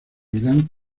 milán